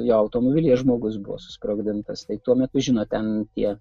jo automobilyje žmogus buvo susprogdintas tai tuo metu žinot ten tie